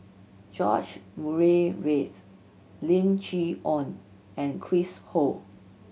George Murray Reith Lim Chee Onn and Chris Ho